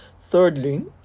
Thirdly